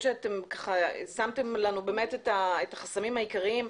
שמתם לנו את החסמים העיקריים.